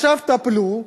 עכשיו טפלו,